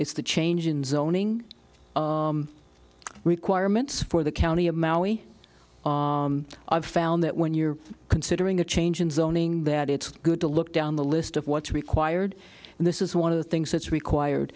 it's the change in zoning requirements for the county of maui i've found that when you're considering a change in zoning that it's good to look down the list of what's required and this is one of the things that's required